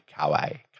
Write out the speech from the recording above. Kawaii